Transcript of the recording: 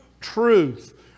truth